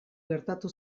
gertatu